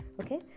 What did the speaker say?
okay